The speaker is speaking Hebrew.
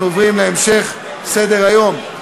אנחנו עוברים להמשך סדר-היום,